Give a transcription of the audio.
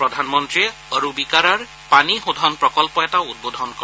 প্ৰধানমন্ত্ৰীয়ে অৰুবিকাৰাৰ পানী শোধন প্ৰকল্প এটাও উদ্বোধন কৰে